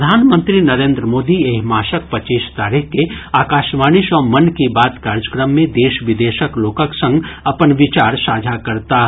प्रधानमंत्री नरेन्द्र मोदी एहि मासक पचीस तारीख के आकाशवाणी सँ मन की बात कार्यक्रम मे देश विदेशक लोकक संग अपन विचार साझा करताह